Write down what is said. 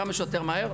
כמה שיותר מהר,